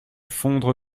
fondre